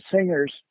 singers